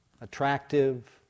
attractive